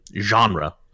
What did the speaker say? genre